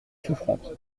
souffrante